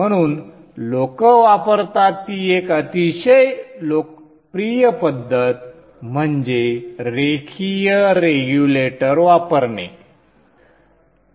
म्हणून लोक वापरतात ती एक अतिशय लोकप्रिय पद्धत म्हणजे रेखीय रेग्युलेटर वापरणे